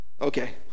Okay